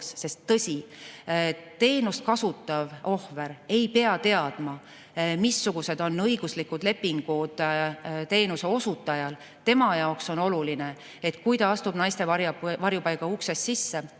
sest tõsi, teenust kasutav ohver ei pea teadma, missugused õiguslikud lepingud on teenuse osutaja [sõlminud]. Tema jaoks on oluline, et kui ta astub naiste varjupaiga uksest sisse